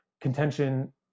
contention